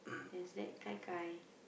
then after that gai-gai